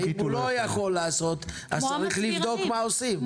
אם הוא לא יכול לעשות, אז צריך לבדוק מה עושים.